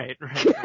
Right